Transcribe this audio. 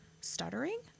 stuttering